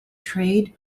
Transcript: trade